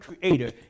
creator